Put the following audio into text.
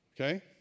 Okay